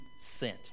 sent